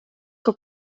que